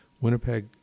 Winnipeg